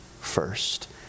first